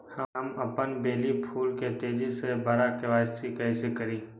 हम अपन बेली फुल के तेज़ी से बरा कईसे करी?